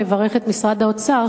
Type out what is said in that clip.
לברך את משרד האוצר,